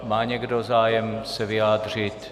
Má někdo zájem se vyjádřit?